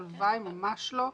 הלוואי, ממש לא.